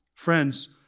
Friends